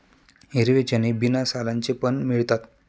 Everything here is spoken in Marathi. हिरवे चणे बिना सालांचे पण मिळतात